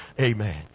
Amen